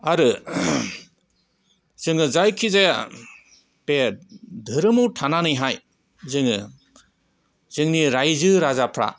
आरो जोङो जायखि जाया बे धोरोमाव थानानैहाय जोङो जोंनि रायजो राजाफ्रा